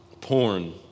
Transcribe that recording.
porn